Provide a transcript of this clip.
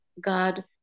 God